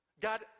God